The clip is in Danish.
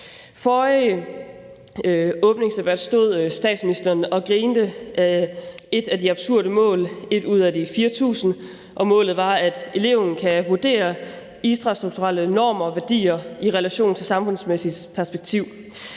forrige åbningsdebat stod statsministeren og grinte af et af de absurde mål – et ud af de 4.000 – og målet var: Eleven kan vurdere idrætskulturelle normer, værdier og relationer i et samfundsmæssigt perspektiv.